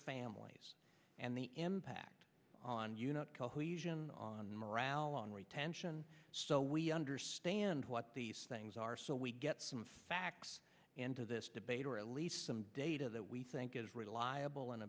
families and the impact on unit cohesion on morale on retention so we understand what these things are so we get some facts into this debate or at least some data that we think is reliable and